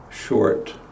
Short